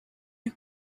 you